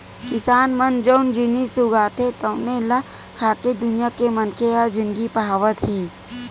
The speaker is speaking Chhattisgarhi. किसान मन जउन जिनिस उगाथे तउने ल खाके दुनिया के मनखे ह जिनगी पहावत हे